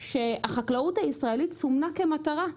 שהחקלאות הישראלית סומנה כמטרה.